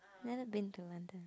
never been to London